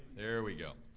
there we go.